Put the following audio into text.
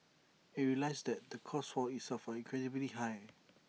IT realises the costs for itself incredibly high